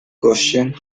question